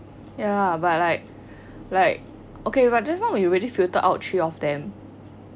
ya but like like okay but just now we already filtered out three of them